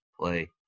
play